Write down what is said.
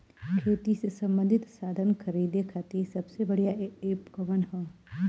खेती से सबंधित साधन खरीदे खाती सबसे बढ़ियां एप कवन ह?